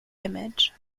image